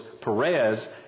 Perez